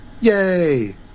Yay